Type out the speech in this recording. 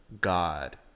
God